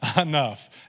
enough